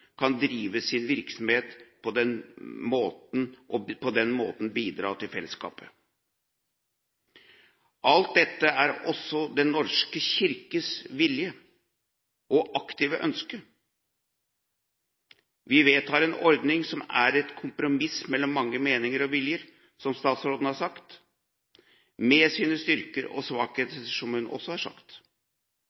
kan drive sin virksomhet, og på den måten bidra til fellesskapet. Alt dette er også Den norske kirkes vilje og aktive ønske. Vi vedtar en ordning som er et kompromiss mellom mange meninger og viljer, som statsråden har sagt, med sine styrker og svakheter, som hun også har sagt.